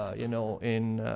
you know, in